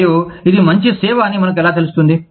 మరియు ఇది మంచి సేవ అని మనకు ఎలా తెలుస్తుంది